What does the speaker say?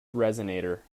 resonator